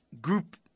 group